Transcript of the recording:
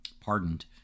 pardoned